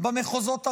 במחוזות הרלוונטיים,